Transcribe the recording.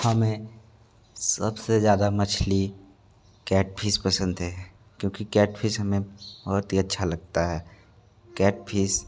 हमें सबसे ज़्यादा मछली कैटफिस पसंद है क्योंकि कैटफिस हमें बहुत ही अच्छा लगता है कैटफिस